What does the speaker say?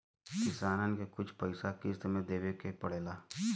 किसानन के कुछ पइसा किश्त मे देवे के पड़ेला